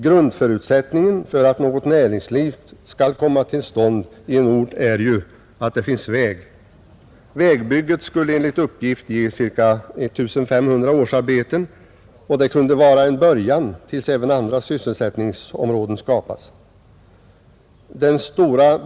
Grundförutsättningen för att något näringsliv skall kunna komma till stånd i en ort är ju att det finns väg. Vägbygget skulle enligt uppgift ge ca 1 500 årsarbeten, och det kunde ju vara en början till dess även andra sysselsättningsområden skapats.